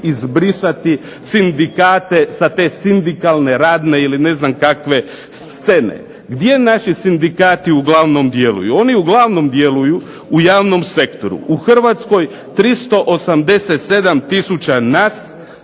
izbrisati sindikate sa te sindikalne, radne ili ne znam kakve scene. Gdje naši sindikati uglavnom djeluju? Oni uglavnom djeluju u javnom sektoru. U Hrvatskoj 387 tisuća nas